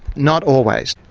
not always.